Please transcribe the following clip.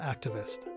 activist